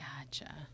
Gotcha